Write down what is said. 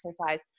exercise